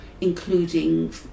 including